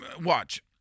Watch